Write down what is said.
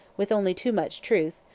with only too much truth,